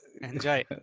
Enjoy